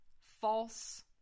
false